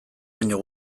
baino